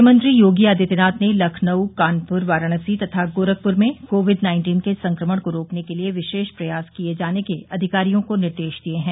मुख्यमंत्री योगी आदित्यनाथ ने लखनऊ कानपुर वाराणसी तथा गोरखपुर में कोविड नाइन्टीन के संक्रमण को रोकने के लिये विशेष प्रयास किये जाने के अधिकारियों को निर्देश दिये हैं